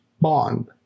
bond